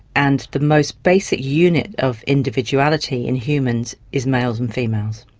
and the most basic unit of individuality in humans is males and females.